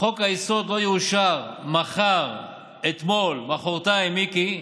חוק-היסוד לא יאושר, מחר, אתמול, מוחרתיים, מיקי,